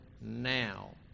now